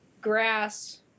Grass